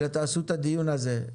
אלא תעשו את הדיון הזה.